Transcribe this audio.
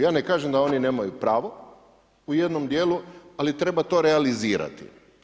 Ja ne kažem da oni nemaju pravo u jednom dijelu, ali treba to realizirati.